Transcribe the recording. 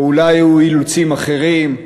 או אולי היו לו אילוצים אחרים,